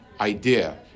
idea